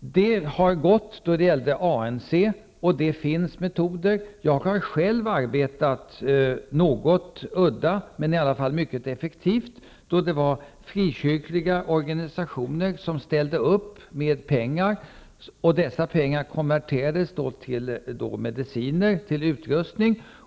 Det har gått då det gällt ANC, och det finns metoder. Jag har själv arbetat något udda men i alla fall mycket effektivt. Frikyrkliga organisationer ställde upp med pengar, och dessa pengar konverterades då till medicin och utrustning.